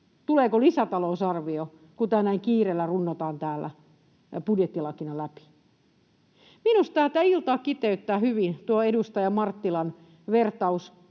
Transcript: Tuleeko lisätalousarvio, kun tämä näin kiireellä runnotaan täällä budjettilakina läpi? Minusta tätä iltaa kiteyttää hyvin tuo edustaja Marttilan vertaus